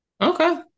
Okay